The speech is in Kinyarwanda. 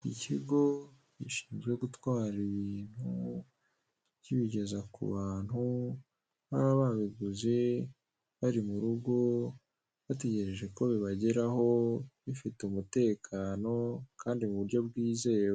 Ikigo gishinzwe gutwara ibintu kibigeza ku bantu baba babiguze, bari mu rugo bategereje ko bibageraho bafite umutekano, kandi mu buryo bwizewe.